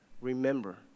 remember